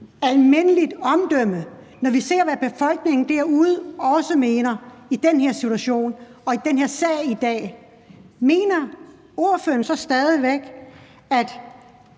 almindeligt omdømme! Når vi ser, hvad befolkningen derude mener i også den her situation og den her sag i dag, mener ordføreren så stadig væk, at